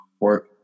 work